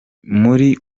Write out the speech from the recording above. muri